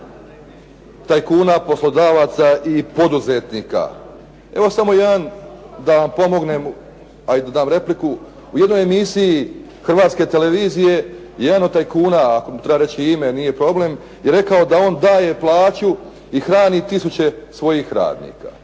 tajkuna, poslodavaca i poduzetnika. Evo samo jedan da vam pomognem, a i da dam repliku. U jednoj emisiji Hrvatske televizije jedan od tajkuna, ako mu treba reći i ime nije problem je rekao da on daje plaću i hrani tisuće svojih radnika.